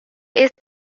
este